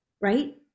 right